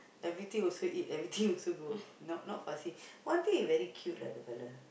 everything also eat everything also go not not fussy one thing very cute lah that fella